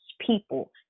people